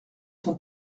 son